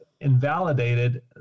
invalidated